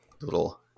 little